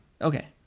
Okay